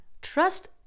Trust